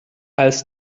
als